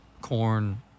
corn